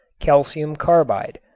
calcium carbide,